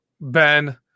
Ben